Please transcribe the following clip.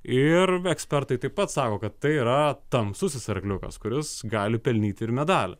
ir ekspertai taip pat sako kad tai yra tamsusis arkliukas kuris gali pelnyti medalį